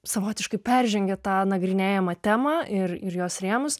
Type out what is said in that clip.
savotiškai peržengė tą nagrinėjamą temą ir ir jos rėmus